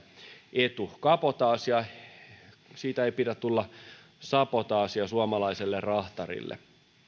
etu kabotaasista ei pidä tulla sabotaasia suomalaiselle rahtarille